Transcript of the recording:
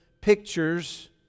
pictures